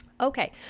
okay